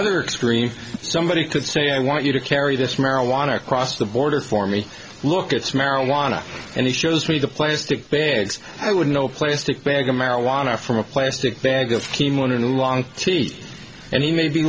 other extreme somebody could say i want you to carry this marijuana across the border for me look it's marijuana and he shows me the plastic bag i would know plastic bag of marijuana from a plastic bag of chemo in a long sheet and he may be